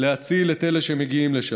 להציל את אלה שמגיעים לשם.